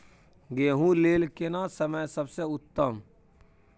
गेहूँ लेल केना समय सबसे उत्तम?